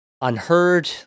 unheard